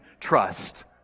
trust